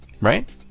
right